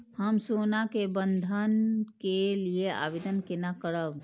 हम सोना के बंधन के लियै आवेदन केना करब?